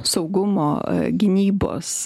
saugumo gynybos